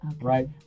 right